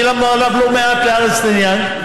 שילמנו עליו לא מעט לארנסט אנד יאנג,